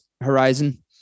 horizon